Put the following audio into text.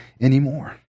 anymore